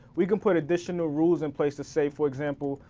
we can put additional rules in place to say, for example,